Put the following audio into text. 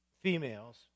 females